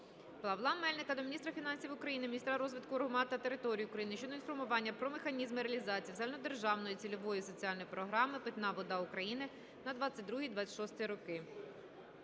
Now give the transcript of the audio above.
Павла Мельника до міністра фінансів України, Міністра розвитку громад та територій України щодо інформування про механізм реалізації загальнодержавної цільової соціальної програми "Питна вода України" на 2022-2026 роки.